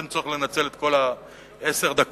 אין צורך לנצל את כל עשר הדקות,